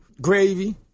gravy